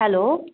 hello